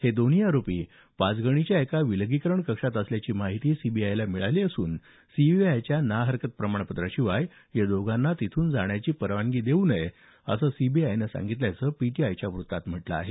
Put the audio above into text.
हे दोन्ही आरोपी पाचगणीच्या एका विलगीकरण कक्षात असल्याची माहिती सीबीआयला मिळाली असून सीबीआयच्या ना हरकत प्रमाणपत्राशिवाय या दोघांना तिथून जाण्याची परवानगी देऊ नये असं सीबीआयने सांगितल्याचं पीटीआयच्या वृत्तात म्हटलं आहे